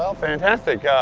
um fantastic.